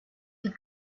die